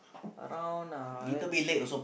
around nah let's